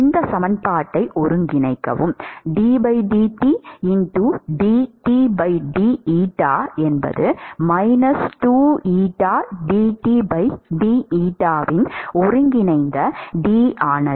இந்த சமன்பாட்டை ஒருங்கிணைக்கவும் இன் ஒருங்கிணைந்த d ஆனது